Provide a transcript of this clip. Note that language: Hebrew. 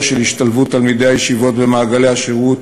של השתלבות תלמידי הישיבות במעגלי השירות